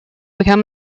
become